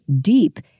deep